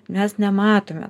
mes nematome